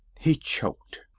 he choked.